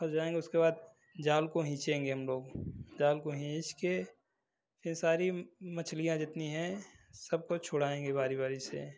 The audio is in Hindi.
फँस जाएंगे उसके बाद जाल को खिचेंगे हम लोग जाल को खींच कर ये सारी मछलियाँ जितनी हैं सबको छुड़ाएंगे बारी बारी से